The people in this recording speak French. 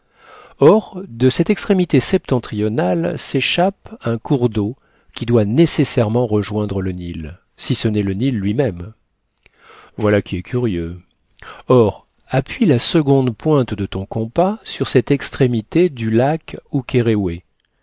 or de cette extrémité septentrionale s'échappe un cours d'eau qui doit nécessairement rejoindre le nil si ce n'est le nil lui-même voilà qui est curieux or appuie la seconde pointe de ton compas sur cette extrémité du lac